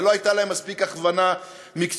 ולא הייתה להם מספיק הכוונה מקצועית.